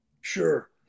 sure